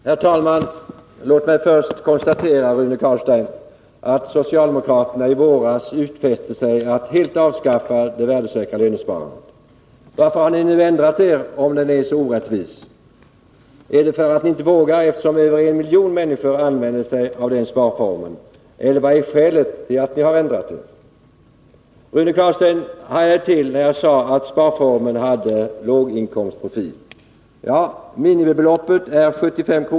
Herr talman! Låt mig först konstatera, Rune Carlstein, att socialdemokraterna i våras utfäste sig att helt avskaffa det värdesäkra lönsparandet. Varför har ni nu ändrat er, om det är så orättvist? Är det därför att ni inte vågar, eftersom över en miljon människor använder sig av den sparformen? Eller vad är skälet till att ni har ändrat er? Rune Carlstein hajade till när jag sade att sparformen hade låginkomstprofil. Minimibeloppet är 75 kr.